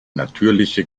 natürliche